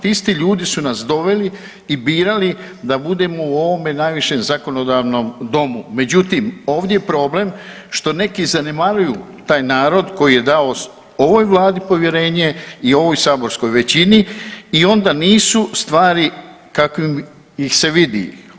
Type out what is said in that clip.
Ti isti ljudi su nas doveli i birali da budemo u ovome najvišem zakonodavnom Domu, međutim, ovdje je problem što neki zanemaruju taj narod koji je dao ovoj Vladi povjerenje i ovoj saborskoj većini i onda nisu stvari kakvim ih se vidi.